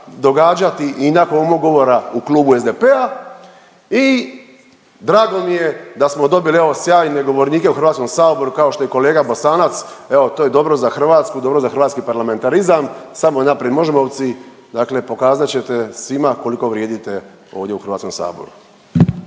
događati i nakon mog govora u klubu SDP-a i drago mi je da smo dobili evo sjajne govornike u HS-u kao što je kolega Bosanac, evo to je dobro za Hrvatsku, dobro za hrvatski parlamentarizam. Samo naprijed Možemovci dakle pokazat ćete svima koliko vrijedite ovdje u HS-u.